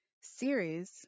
series